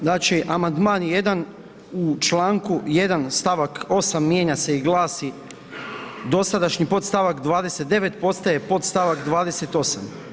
Znači, Amandman 1. u Članku 1. stavak 8. mijenja se i glasi: „Dosadašnji podstavak 29. postaje podstavak 28.